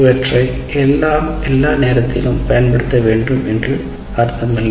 இது எல்லாம் எல்லா நேரத்திலும் பயன்படுத்தப்பட வேண்டும் என்று அர்த்தமல்ல